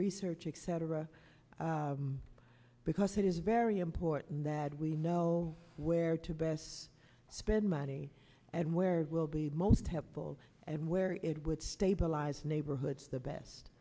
research inc cetera because it is very important that we know where to best spend money and where it will be most helpful and where it would stabilize neighborhoods the best